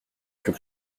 plus